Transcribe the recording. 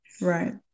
Right